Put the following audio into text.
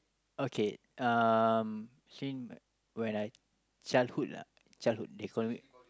okay um actually when I childhood lah childhood they call me